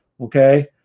okay